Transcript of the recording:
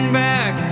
back